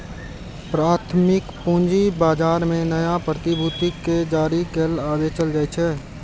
प्राथमिक पूंजी बाजार मे नया प्रतिभूति कें जारी कैल आ बेचल जाइ छै